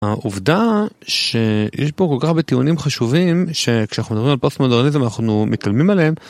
העובדה שיש פה כל כך הרבה טיעונים חשובים שכשאנחנו מדברים על פוסט-מודרניזם אנחנו מתעלמים עליהם.